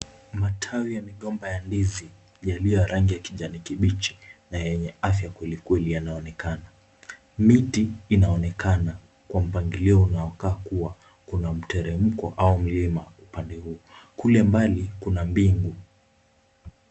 Matawi ya migomba ya ndizi yaliyo ya rangi ya kijani kibichi na yenye afya kweli kweli yanaonekana miti inaonekana kwa mpangilio unaokuwa kuna mteremko au mlima upande huu kule mbali kuna mbingu.